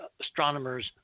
astronomers